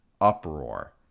uproar